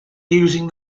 using